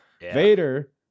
Vader